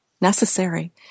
necessary